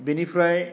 बेनिफ्राय